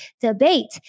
debate